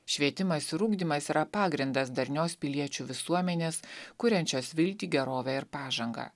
švietimas ir ugdymas yra pagrindas darnios piliečių visuomenės kuriančios viltį gerovę ir pažangą